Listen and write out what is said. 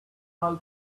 call